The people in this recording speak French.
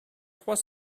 trois